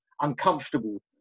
uncomfortable